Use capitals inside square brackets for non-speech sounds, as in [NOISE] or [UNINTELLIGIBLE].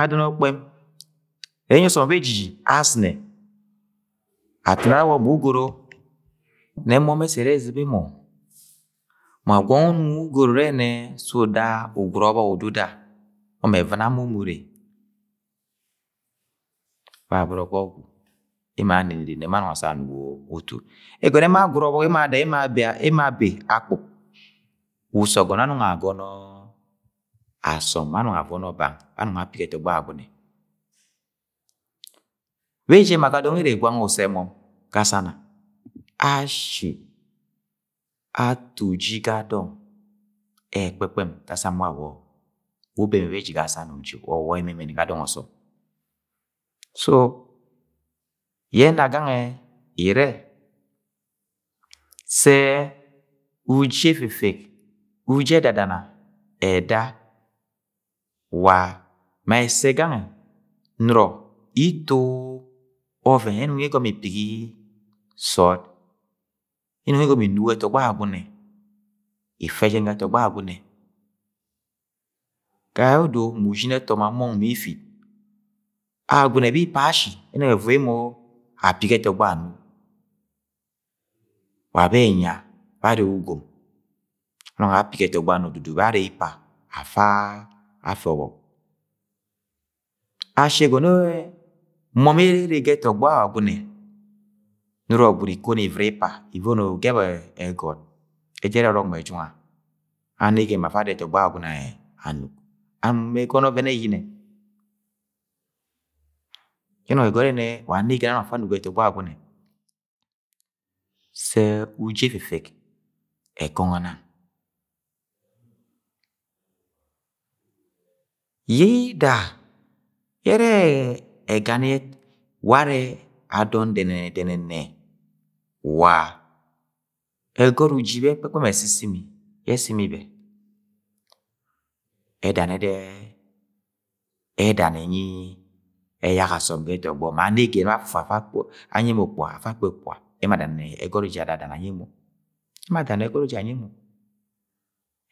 Adọn ọkpẹm, enyi asom bejiji azɨnẹ atun arẹ awawọk mu ugoro nẹ mọm ẹssẹ ẹrẹ ẹzɨba emo ma gwọng unong ugoro ure, nẹ sẹ uda ugwura ọbọk ududa mọm ẹvɨna mọ umu ure, baboro ga ogwu emo ara anenere ne emo assẹ anugo utu, ẹgọnọ yẹ emo agwura ọbọk emo ada emo akpuk, wa usogọn anọng agọnọ asọm bẹ anọng avọnọ bang be anọng apigi ẹtọgbọ Agwagune, beji ẹma ga dọng ere gwang mu usse mom ga asana ashi, ato uji ga dọng ẹrẹ ẹkpẹkpẹm dasam wawọ uwu ubene beji ga sana uji ọ uwa ẹmẹmẹnẹ ga dong ọsọm so yẹna gangẹ irẹ, se uji efefek uji edadana ẹda wa ma ẹsẹ gangẹ nọrọ ito ọvẹn yẹ inong igomo ipipi sọọd, ye inọng igọmọ inugo ẹtọgbọ Agwagune, ife jen ga ẹtọgbọ Agwagune, gayẹ odo ushin ẹtọ ma mọng ma ifid Agwagune bẹ ipa ashi ẹnọng ẹvoi emo apigi ẹtogbo ano wa bẹ ẹnya bẹ arre ugom, anong apigi ẹtọgbọ ano dudu bẹ arre ipa afa afe ọbọk ashi ẹgọn ẹ mọm ere ga ẹtọgbọ Agwuagune nọrọ gwud ikono ivɨra ipa ivono ugẹp ẹgọt, ẹjak ẹrẹ ọrọk mẹ ẹjunga anegen ma afa ada etogbo Agwuagune anug an mẹ ẹgọnọ ọvẹn ẹyiyinẹ, yẹ ẹnọng ẹgọnọ ẹrẹ nẹ wa anegen anong afa anugo ga ẹtọgbọ Agwuagune, se uji efefek ekọngọ nang. Yẹida yẹ ẹrẹ ẹgani ware adọn dẹnẹnẹ, dẹnẹnẹ wa ẹgot uji be ẹkpẹkpẹm ẹsisimi yẹ ẹsisimi bẹ ẹdani, ẹda ẹdana ẹnyi, ẹyak asọm ga ẹtọgbọ ma anegen bẹ afufu afa [UNINTELLIGIBLE] anyi emo ukpuga afa akpe ukpuga emo adani ẹgọt uji anyi emo